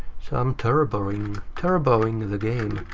so i'm turboing turboing the game.